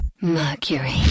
Mercury